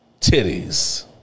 Titties